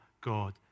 God